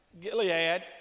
Gilead